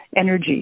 Energy